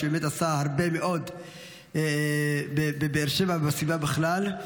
שבאמת עשה הרבה מאוד בבאר שבע ובסביבה בכלל.